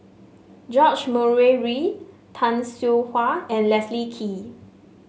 George Murray Reith Tay Seow Huah and Leslie Kee